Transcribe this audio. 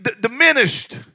diminished